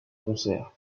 concert